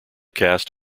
cast